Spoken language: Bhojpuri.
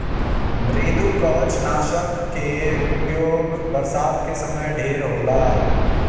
मृदुकवचनाशक कअ उपयोग बरसात के समय ढेर होला